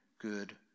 good